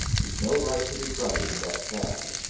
you've no right to be driving that cab.